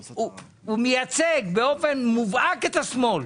שמייצג באופן מובהק את השמאל,